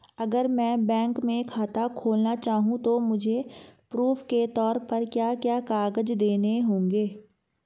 अगर मैं बैंक में खाता खुलाना चाहूं तो मुझे प्रूफ़ के तौर पर क्या क्या कागज़ देने होंगे?